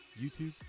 YouTube